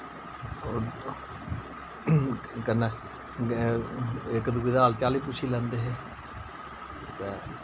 ओह् कन्नै इक दूे दा हाल चाल वी पुच्छी लैंदा हे ते